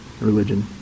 Religion